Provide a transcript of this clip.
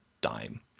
dime